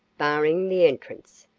barring the entrance.